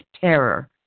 terror